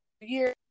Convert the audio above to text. year